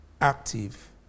active